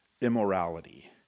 immorality